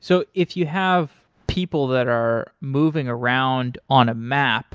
so if you have people that are moving around on a map